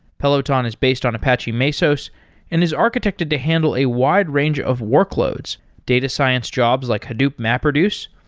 peloton is based on apache mesos and is architected to handle a wide range of workloads. data science jobs like hadoop mapreduce,